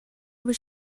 was